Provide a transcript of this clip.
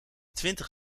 twintig